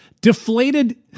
deflated